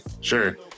sure